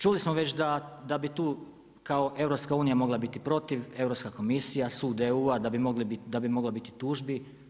Čuli smo već da bi tu kao EU mogla biti protiv, Europska komisija, sud EU-a da bi moglo biti tužbi.